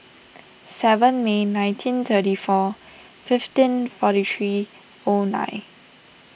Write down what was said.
seven May nineteen thirty four fifteen forty three O nine